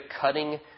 cutting